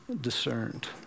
discerned